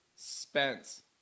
spence